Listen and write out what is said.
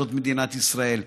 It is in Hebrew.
זאת מדינת ישראל.